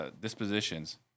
dispositions